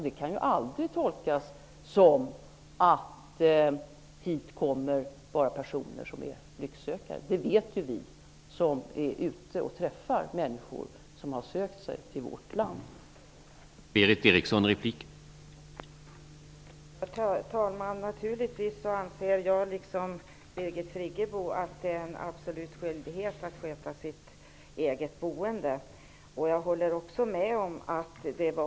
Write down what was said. Det kan aldrig tolkas så att det bara är personer som är lycksökare som kommer hit. Vi som är ute och träffar människor som har sökt sig till vårt land vet att det inte är så.